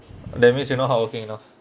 that means you no hardworking enough